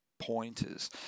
pointers